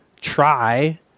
try